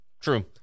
true